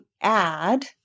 add